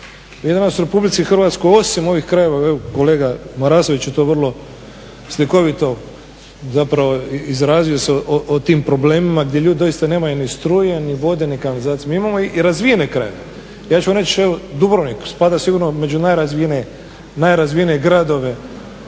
Mi danas u Republici Hrvatskoj osim ovih krajeva, evo kolega Marasović je to vrlo slikovito zapravo izrazio se o tim problemima gdje ljudi doista nemaju ni struje ni vode ni kanalizacije. Mi imamo i razvijene krajeve. Ja ću vam reći evo Dubrovnik spada sigurno među najrazvijenije gradove